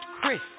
Chris